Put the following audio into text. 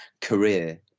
career